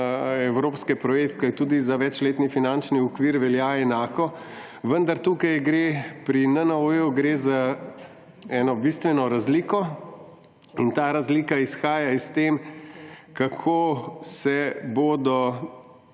evropske projekte, tudi za večletni finančni okvir velja enako, vendar tukaj pri NNOO gre za eno bistveno razliko in ta razlika izhaja iz tega, kako se bodo